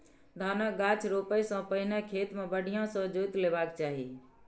धानक गाछ रोपै सं पहिने खेत कें बढ़िया सं जोति लेबाक चाही